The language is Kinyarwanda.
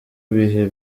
ibihe